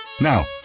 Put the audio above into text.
Now